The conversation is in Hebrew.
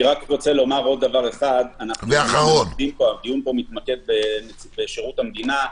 הדיון פה מתמקד בשירות המדינה,